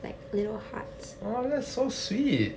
like little hearts